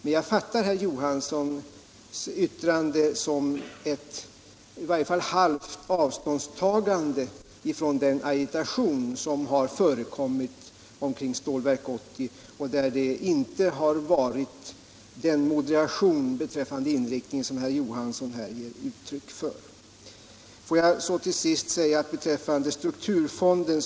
Men jag fattar herr Johanssons yttrande som ett i varje fall halvt avståndstagande från den agitation som förekommit omkring Stålverk 80. Där har inte funnits den moderation beträffande inriktningen som herr Johansson här ger uttryck för. Låt mig till sist säga några ord om strukturfonden.